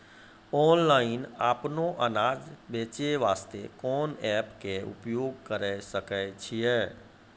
Online अपनो अनाज बेचे वास्ते कोंन एप्प के उपयोग करें सकय छियै?